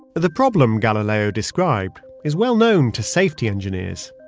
the problem galileo described is well known to safety engineers.